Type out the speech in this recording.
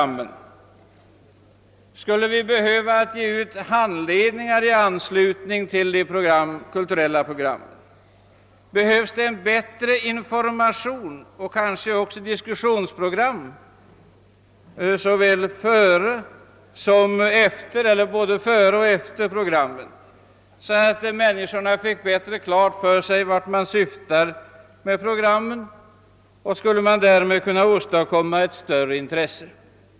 Måste vi ge ut handledningar i anslutning till de kulturella programmen, eller är det nöd vändigt med en bättre information och kanske också med diskussionsprogram, både före och efter programmen, så att människorna får bättre klart för sig vilka syften programmen har? Skulle det därmed åstadkommas ett större intresse?